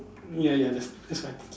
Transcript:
ya you are just that's why